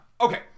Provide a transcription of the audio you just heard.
Okay